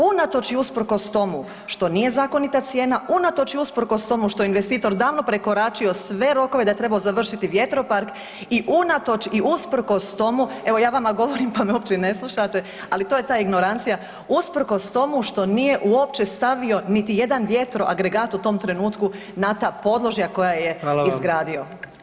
Unatoč i usprkos tomu što nije zakonita cijena, unatoč i usprkos tomu što je investitor davno prekoračio sve rokove da je trebao završiti vjetropark i unatoč i usprkos tomu, evo ja vama govorim pa me uopće ne slušate, ali to je ta ignorancija, usprkos tomu što nije uopće stavio niti jedan vjetroagregat u tom trenutku na ta podložja koja je izgradio [[Upadica: Hvala vam.]] to je problem.